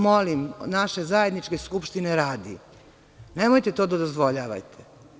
Molim vas, naše zajedničke Skupštine radi, nemojte to da dozvoljavate.